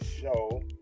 show